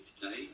today